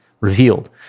revealed